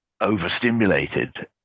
overstimulated